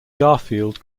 garfield